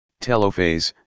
telophase